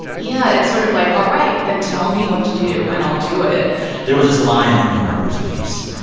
yeah, it's sort of like, all right, then tell me what to do and i'll do it there was this line in your harper's piece.